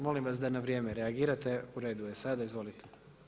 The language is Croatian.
Molim vas da na vrijeme reagirajte, u redu je sada, izvolite.